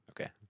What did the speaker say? Okay